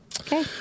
Okay